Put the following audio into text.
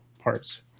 parts